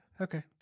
okay